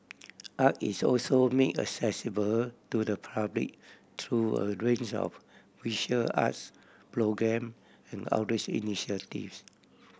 art is also make accessible to the public through a range of visual arts programme and outreach initiatives